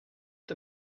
est